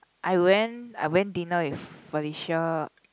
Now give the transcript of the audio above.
I went I went dinner with Felicia